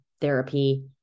therapy